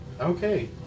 Okay